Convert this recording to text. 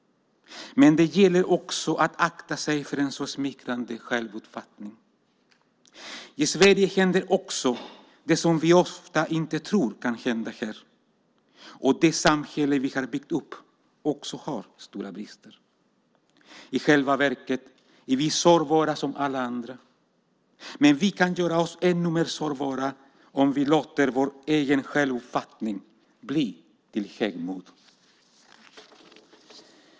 Men det gäller att akta sig för en så smickrande självuppfattning. I Sverige händer också det som vi ofta inte tror kan hända här, och det samhälle som vi har byggt upp har också stora brister. I själva verket är vi sårbara som alla andra, men vi kan göra oss ännu mer sårbara om vi låter vår egen självuppfattning bli till högmod.